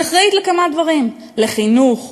היא אחראית לכמה דברים: לחינוך,